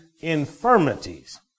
infirmities